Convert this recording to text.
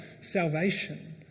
salvation